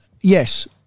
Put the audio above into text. yes